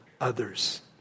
others